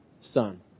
son